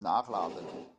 nachladen